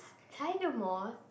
tiger moth